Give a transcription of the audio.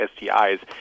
STIs